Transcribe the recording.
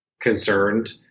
concerned